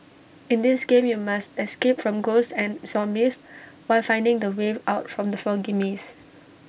in this game you must escape from ghosts and zombies while finding the way out from the foggy maze